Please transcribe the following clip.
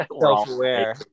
self-aware